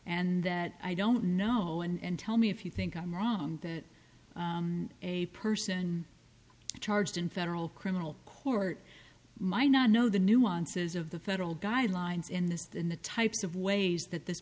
and that i don't know and tell me if you think i'm wrong that a person charged in federal criminal court might not know the nuances of the federal guidelines in this in the types of ways that this